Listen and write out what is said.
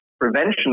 prevention